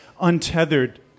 untethered